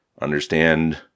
understand